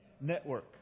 Network